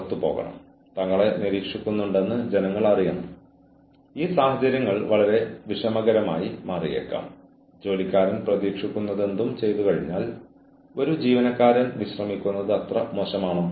ചിലപ്പോൾ തങ്ങളിൽ നിന്ന് എന്താണ് പ്രതീക്ഷിക്കുന്നതെന്ന് ജീവനക്കാർക്ക് അറിയില്ല